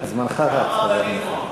גם רבנים.